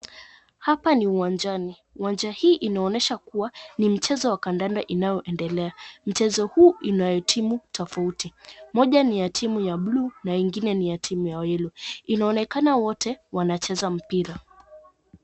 Hapa ni uwanjani. Uwanja hii inaonyesha kuwa ni mchezo wa kandanda inayoendelea. Mchezo huu inayo timu tofauti. Moja ni ya timu ya bluu na ingine ni ya timu ya yellow .Inaonekana wote wanacheza mpira.